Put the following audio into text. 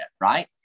right